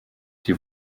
die